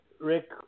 Rick